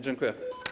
Dziękuję.